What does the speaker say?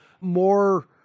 more